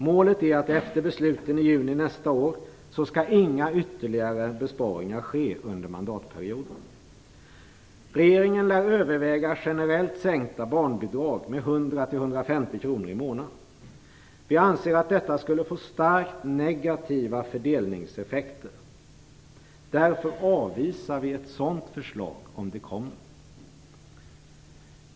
Målet är att det efter besluten i juni nästa år inte skall ske några ytterligare besparingar under mandatperioden. Regeringen lär överväga generellt sänkta barnbidrag med 100-150 kr i månaden. Vi anser att detta skulle få starkt negativa fördelningseffekter. Därför avvisar vi ett sådant förslag om det kommer.